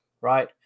right